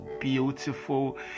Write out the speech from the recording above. beautiful